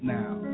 now